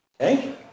Okay